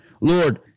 Lord